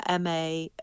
MA